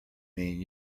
mean